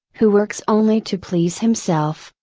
who works only to please himself,